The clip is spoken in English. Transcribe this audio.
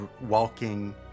walking